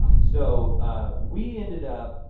so ah we ended up.